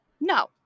No